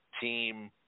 team